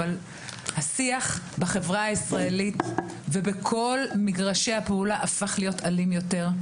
אבל השיח בחברה הישראלית ובכל מגרשי הפעולה הפך להיות אלים יותר.